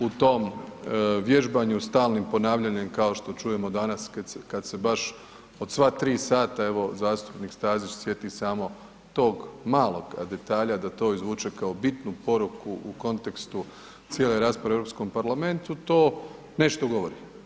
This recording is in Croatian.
U tom vježbanju stalnim ponavljanjem kao što čujemo danas kada se baš od sva tri sata, evo zastupnik Stazić sjeti samo tog malog detalja da to izvuče kao bitnu poruku u kontekstu cijele rasprave Europskom parlamentu to nešto govori.